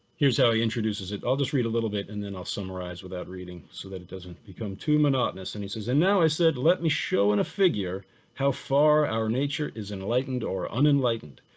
here's how he introduces it. i'll just read a little bit and then i'll summarize without reading so that it doesn't become too monotonous. and he says, and now i said, let me show in a figure how far our nature is enlightened or unenlightened.